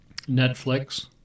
Netflix